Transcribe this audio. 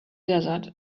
desert